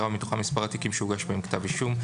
ומתוכם מספר התיקים שהוגש בהם כתב אישום.